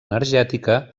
energètica